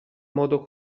modo